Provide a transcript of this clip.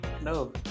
No